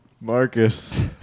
Marcus